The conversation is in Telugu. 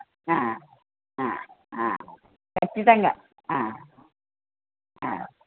ఖచ్చితంగా